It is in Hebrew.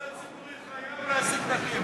מוסד ציבורי חייב להעסיק נכים,